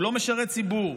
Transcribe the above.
הוא לא משרת ציבור,